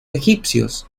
egipcios